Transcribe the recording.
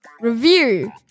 review